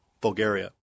Bulgaria